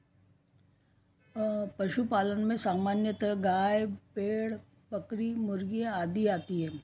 पशुपालन में सामान्यतः गाय भेड़ बकरी मुर्गी आदि आती हैं